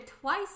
twice